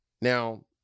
Now